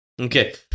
Okay